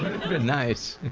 nice.